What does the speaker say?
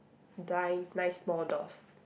die nine small doors